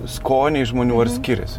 skoniai žmonių ar skiriasi